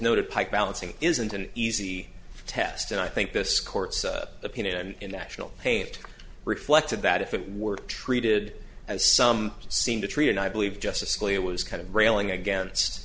noted pipe balancing isn't an easy test and i think this court's opinion in national paint reflected that if it were treated as some seem to treat and i believe justice scalia was kind of railing against